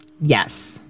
Yes